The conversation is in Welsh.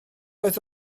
oedd